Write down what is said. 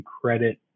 credit